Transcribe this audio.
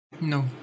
No